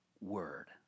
word